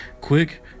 Quick